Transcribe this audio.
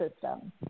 system